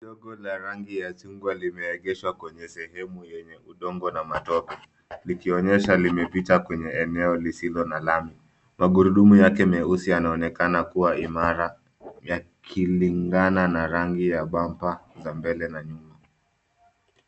Dogo la rangi ya chungwa limeegeshwa kwenye sehemu yenye udongo na matope likionyesha limepita kwenye eneo lisilo na lami. Magurudumu yake meusi yanaonekana kuwa imara yakilingana na rangi ya bumper za mbele na nyuma.